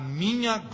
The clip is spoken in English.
minha